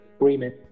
agreement